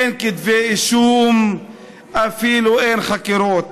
אין כתבי אישום ואפילו אין חקירות.